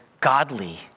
godly